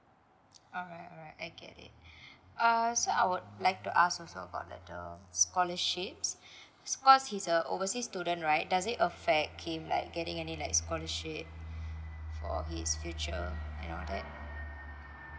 alright alright I get it uh so I would like to ask also about that the scholarships because he's a oversea student right does it affect him like getting any like scholarship for his future and all that